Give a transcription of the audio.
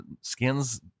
skins